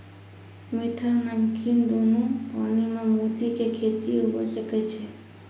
मीठा, नमकीन दोनो पानी में मोती के खेती हुवे सकै छै